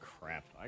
Crap